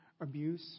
abuse